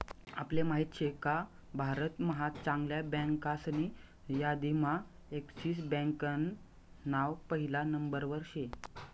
आपले माहित शेका भारत महा चांगल्या बँकासनी यादीम्हा एक्सिस बँकान नाव पहिला नंबरवर शे